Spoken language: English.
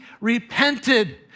repented